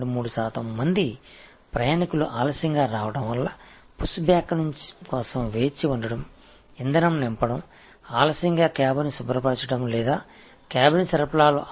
3 சதவிகிதம் பயணிகள் தாமதமாக வந்ததால் மற்றவர்கள் புஷ்பேக்கிற்காக காத்திருக்கிறார்கள் எரிபொருளுக்காக காத்திருக்கிறார்கள் தாமதமாக சுத்தம் செய்கிறார்கள் அல்லது கேபின் சப்ளைகள் மற்றும் பல